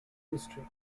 history